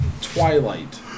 Twilight